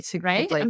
Right